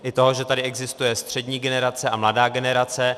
I to, že tady existuje střední generace a mladá generace.